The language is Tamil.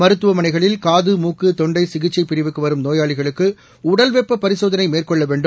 மருத்துவமனைகளில் காது மூக்கு தொண்டை சிகிச்சை பிரிவுக்கு வரும் நோயாளிகளுக்கு உடல்வெப்ப பரிசோதளை மேற்கொள்ள வேண்டும்